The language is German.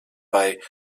bei